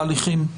בהליכים.